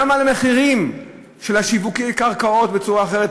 גם על המחירים של שיווקי הקרקעות בצורה אחרת,